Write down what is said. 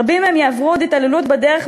רבים מהם יעברו עוד התעללות בדרך,